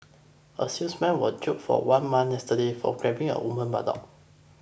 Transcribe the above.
a salesman was jailed for one month yesterday for grabbing a woman's buttock